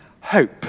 hope